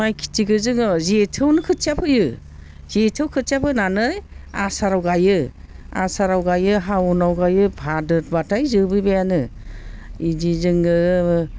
माइ खेथिखौ जोङो जेथोयावनो खोथिया फोयो जेथोयाव खोथिया फोनानै आसाराव गायो आसाराव गायो हाउनाव गायो भादोरबाथाय जोबहैबायानो बिदिजोंनो